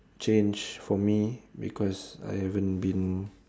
change for me because I haven't been